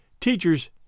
teachers